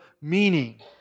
meaning